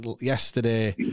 yesterday